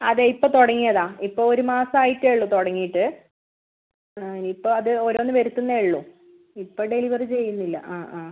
അതെ ഇപ്പോൾ തുടങ്ങിയതാണ് ഇപ്പോൾ ഒരു മാസം ആയിട്ടേ ഉള്ളൂ തുടങ്ങിയിട്ട് ഇപ്പോൾ അത് ഓരോന്ന് വരുത്തുന്നേ ഉള്ളൂ ഇപ്പോൾ ഡെലിവറി ചെയ്യുന്നില്ല ആ ആ